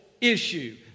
issue